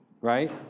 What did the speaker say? right